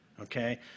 Okay